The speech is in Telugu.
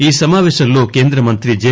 ఈసమాపేశంలో కేంద్రమంత్రి జె